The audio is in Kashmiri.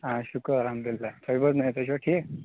آ شُکُر الحمدُ اللہ تُہۍ بوزنٲیِو تُہۍ چھِو ٹھیٖک